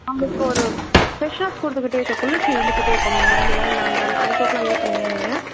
நம்மளுக்கு ஒரு ஃப்ரெஷ்ஷப் கொடுத்துகிட்டே இருக்கும் குளிர்ச்சி இருந்துகிட்டே இருக்கும் மேம் உடம்புல நாங்கள் அந்த சோப்பெலாம் யூஸ் பண்ணிங்கன்னால் நீங்கள்